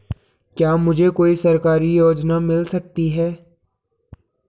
क्या मुझे कोई सरकारी योजना मिल सकती है?